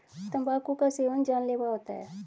तंबाकू का सेवन जानलेवा होता है